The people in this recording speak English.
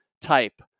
type